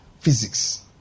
physics